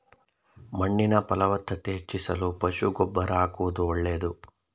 ಮಣ್ಣಿನ ಫಲವತ್ತತೆ ಹೆಚ್ಚಿಸಲು ಪಶು ಗೊಬ್ಬರ ಆಕುವುದು ಒಳ್ಳೆದು